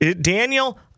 Daniel